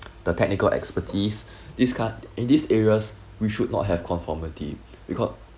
the technical expertise this kind~ in these areas we should not have conformity because